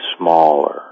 smaller